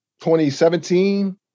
2017